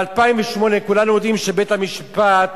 כולנו יודעים שב-2008 בית-המשפט